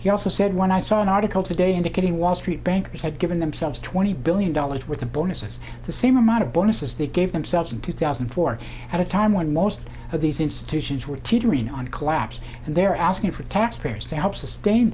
he also said when i saw an article today indicating wall street bankers had given themselves twenty billion dollars worth of bonuses the same amount of bonuses they gave themselves in two thousand and four at a time when most of these institutions were teetering on collapse and they're asking for taxpayers to help sustain